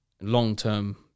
long-term